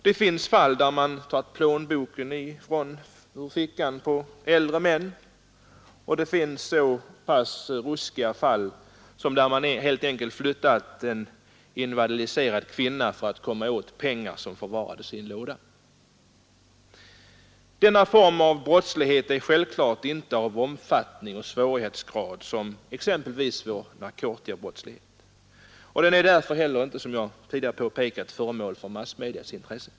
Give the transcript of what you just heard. Det finns fall där man tagit plånboken ur fickan på äldre män, och det finns så pass ruskiga fall som att man helt enkelt flyttat en invalidiserad kvinna för att komma åt pengar som förvarades i en låda. Denna form av brottslighet är självklart inte av samma omfattning och svårighetsgrad som exempelvis narkotikabrottsligheten, och den är därför inte heller, som jag har påpekat, föremål för massmedias intresse.